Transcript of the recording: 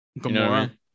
Gamora